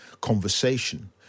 conversation